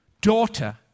daughter